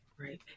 Right